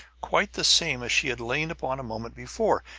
quite the same as she had lain upon a moment before.